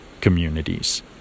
communities